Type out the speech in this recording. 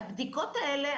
הבדיקות האלה,